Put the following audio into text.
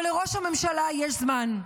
אבל לראש הממשלה יש זמן.